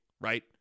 right